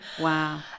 Wow